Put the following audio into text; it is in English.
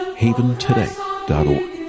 haventoday.org